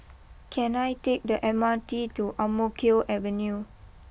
can I take the M R T to Ang Mo Kio Avenue